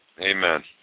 Amen